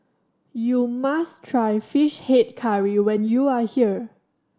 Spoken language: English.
you must try Fish Head Curry when you are here